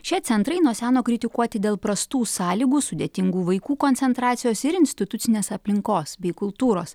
šie centrai nuo seno kritikuoti dėl prastų sąlygų sudėtingų vaikų koncentracijos ir institucinės aplinkos bei kultūros